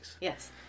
Yes